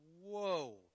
whoa